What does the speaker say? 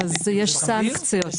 יש סנקציות,